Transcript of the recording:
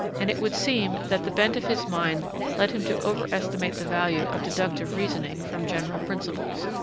and it would seem that the bent of his mind led him to overestimate the value of deductive reasoning from general principles,